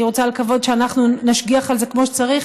אני רוצה לקוות שאנחנו נשגיח על זה כמו שצריך.